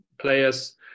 players